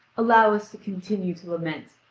allow us to continue to lament,